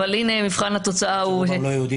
אבל הנה מבחן התוצאה הוא --- רובם לא יהודים.